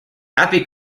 happy